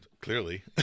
clearly